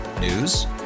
News